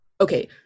Okay